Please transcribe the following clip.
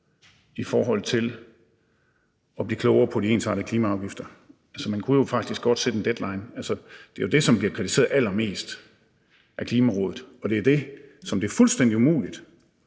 i forhold til at blive klogere på de ensartede klimaafgifter. Altså, man kunne jo faktisk godt sætte en deadline. Det er jo det, som bliver kritiseret allermest af Klimarådet, og det er det, som det er fuldstændig umuligt